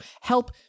help